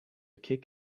kick